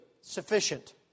sufficient